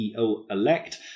CEO-elect